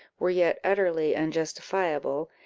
were yet utterly unjustifiable,